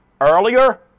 earlier